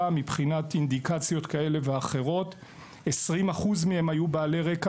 מבחינת אינדיקציות כאלה ואחרות; 20% מהם היו בעלי רקע